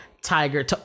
Tiger